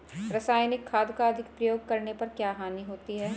रासायनिक खाद का अधिक प्रयोग करने पर क्या हानि होती है?